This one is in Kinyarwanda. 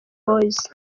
boys